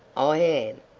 i am.